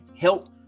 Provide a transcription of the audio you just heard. help